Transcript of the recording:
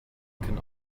can